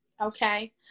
Okay